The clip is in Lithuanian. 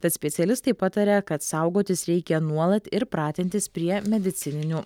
tad specialistai pataria kad saugotis reikia nuolat ir pratintis prie medicininių